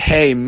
Hey